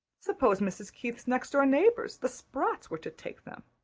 suppose mrs. keith's next door neighbors, the sprotts, were to take them.